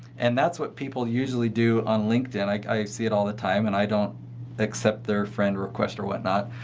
and that's what people usually do on linkedin. like i see it all the time. and i don't accept their friend requests or whatnot.